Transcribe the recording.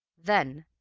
then,